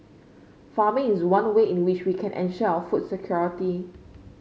farming is one way in which we can ensure our food security